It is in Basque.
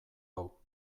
hau